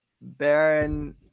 Baron